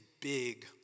big